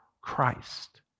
Christ